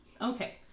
Okay